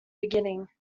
beginning